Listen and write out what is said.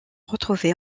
retrouvé